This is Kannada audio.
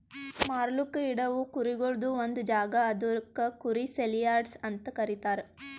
ಮಾರ್ಲುಕ್ ಇಡವು ಕುರಿಗೊಳ್ದು ಒಂದ್ ಜಾಗ ಅದುಕ್ ಕುರಿ ಸೇಲಿಯಾರ್ಡ್ಸ್ ಅಂತ ಕರೀತಾರ